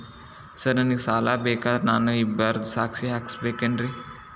Sir ನನಗೆ ಸಾಲ ಬೇಕಂದ್ರೆ ನಾನು ಇಬ್ಬರದು ಸಾಕ್ಷಿ ಹಾಕಸಬೇಕೇನ್ರಿ?